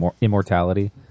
immortality